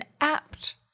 apt